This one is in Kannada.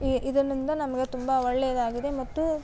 ಈ ಇದರಿಂದ ನಮಗೆ ತುಂಬ ಒಳ್ಳೆಯದಾಗಿದೆ ಮತ್ತು